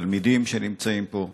תלמידים שנמצאים פה.